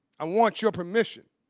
i want your permission.